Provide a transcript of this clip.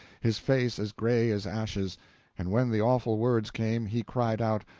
his face as gray as ashes and when the awful words came, he cried out,